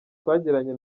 twagiranye